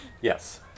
Yes